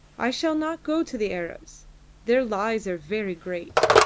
i shall not go to the arabs their lies are very great!